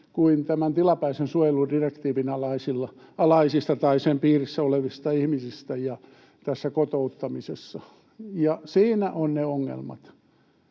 tämän tilapäisen suojeludirektiivin alaisista tai sen piirissä olevista ihmisistä tässä kotouttamisessa, ja siinä ovat ne ongelmat.